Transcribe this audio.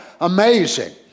amazing